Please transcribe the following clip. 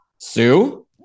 Sue